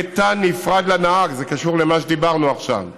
יהיה תא נפרד לנהג, זה קשור למה שדיברנו עכשיו,